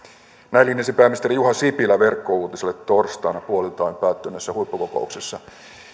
näin linjasi pääministeri juha sipilä verkkouutisille torstaina puoliltaöin päättyneessä huippukokouksessa